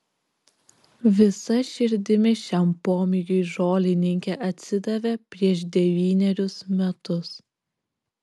visa širdimi šiam pomėgiui žolininkė atsidavė prieš devynerius metus